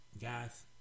guys